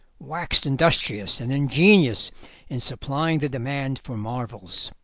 waxed industrious and ingenious in supplying the demand for marvels.